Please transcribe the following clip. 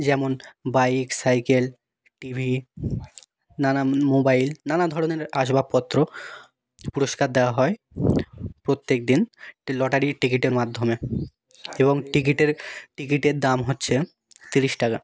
যেমন bike cycle TV নানান mobile নানা ধরনের আসবাবপত্র পুরস্কার দেওয়া হয় প্রত্যেক দিন টে লটারির টিকিটের মাধ্যমে এবং টিকিটের টিকিটের দাম হচ্ছে তিরিশ টাকা